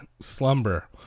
slumber